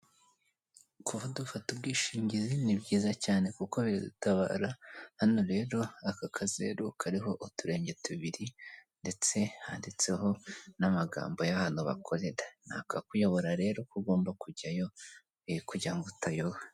Kuba dufata ubwishingizi ni byiza cyane kuko bitabara, hano rero aka kazeru kariho uturenge tubiri, ndetse handitseho n'amagambo y'ahantu bakorera, ni akakuyobora rero ko ugomba kujyayo kugira ngo utayoba.